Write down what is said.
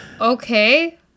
okay